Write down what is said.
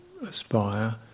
aspire